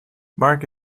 mark